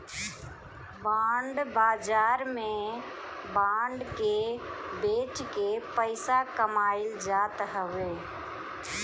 bond बाजार में bond के बेच के पईसा कमाईल जात हवे